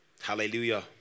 hallelujah